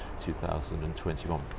2021